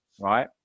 right